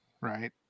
right